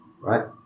right